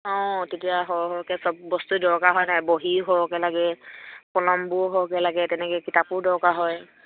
অঁ তেতিয়া সৰহ সৰহকৈ চব বস্তুৱে দৰকাৰ হয় নাই বহী সৰহকৈ লাগে কলমবোৰ সৰহকৈ লাগে তেনেকৈ কিতাপো দৰকাৰ হয়